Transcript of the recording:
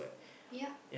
yup